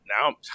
Now